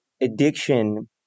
addiction